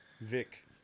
Vic